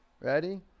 Ready